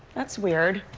that's weird,